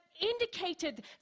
indicated